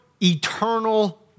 eternal